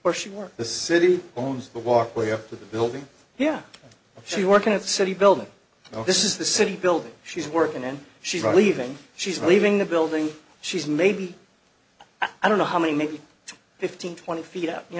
where she worked the city owns the walkway up to the building yeah she worked at city building though this is the city building she's worked in and she relieving she's leaving the building she's made i don't know how many maybe fifteen twenty feet up you